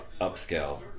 upscale